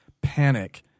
panic